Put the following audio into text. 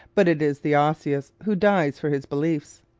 but it is the osseous who dies for his beliefs.